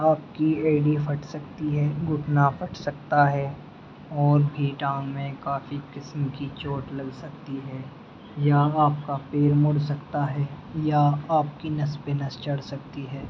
آپ کی ایڑی پھٹ سکتی ہے گھٹنا پھٹ سکتا ہے اور بھی ٹانگ میں کافی قسم کی چوٹ لگ سکتی ہے یا آپ کا پیر مڑ سکتا ہے یا آپ کی نس پہ نس چڑھ سکتی ہے